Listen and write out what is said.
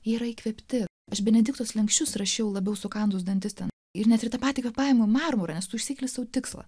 yra įkvėpti aš benediktos slenksčius rašiau labiau sukandus dantis ten ir net ir tą patį kvėpavimo marmurą nes tu išsikeli sau tikslą